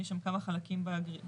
יש שם כמה חלקים בגריעות,